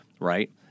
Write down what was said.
right